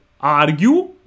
argue